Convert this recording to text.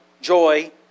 joy